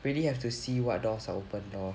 really have to see what doors are open lor